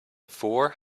four